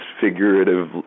figurative